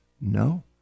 no